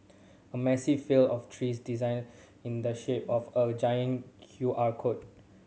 a massive field of trees designed in the shape of a giant Q R code